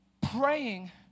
praying